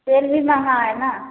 तेल भी महंगा है ना